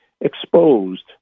exposed